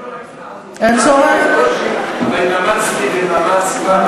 בקושי ובמאמץ רב.